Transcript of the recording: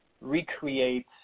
recreate